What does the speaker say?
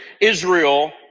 Israel